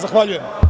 Zahvaljujem.